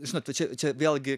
žinot va čia čia vėlgi